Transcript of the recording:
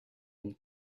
and